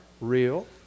real